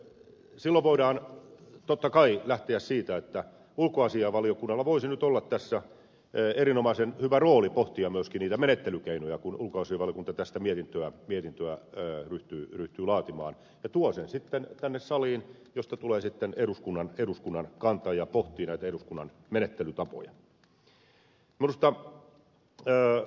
silloin voidaan totta kai lähteä siitä että ulkoasiainvaliokunnalla voisi nyt olla tässä erinomaisen hyvä rooli pohtia niitä menettelykeinoja kun ulkoasiainvaliokunta tästä mietintöä ryhtyy laatimaan ja tuo sen sitten tänne saliin josta tulee sitten eduskunnan kanta ja pohtia myöskin näitä eduskunnan menettelytapoja